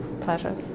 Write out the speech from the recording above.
pleasure